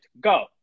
Go